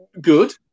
good